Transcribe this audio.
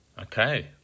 Okay